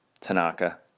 Tanaka